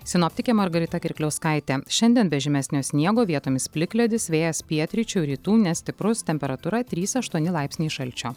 sinoptikė margarita kirkliauskaitė šiandien be žymesnio sniego vietomis plikledis vėjas pietryčių rytų nestiprus temperatūra trys aštuoni laipsniai šalčio